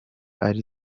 ari